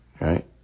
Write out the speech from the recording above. right